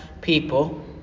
people